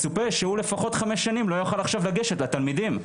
מצופה שהוא לפחות חמש שנים לא יוכל לגשת לתלמידים.